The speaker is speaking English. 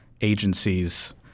agencies